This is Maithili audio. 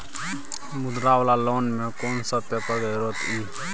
मुद्रा वाला लोन म कोन सब पेपर के जरूरत इ?